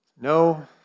No